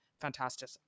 fantastic